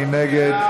מי נגד?